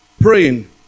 praying